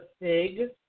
big